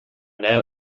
now